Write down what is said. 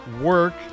work